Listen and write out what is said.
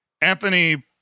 Anthony